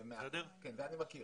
כן, זה אני מכיר.